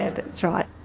and that's right.